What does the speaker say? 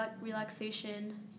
relaxation